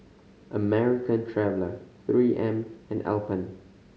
American Traveller Three M and Alpen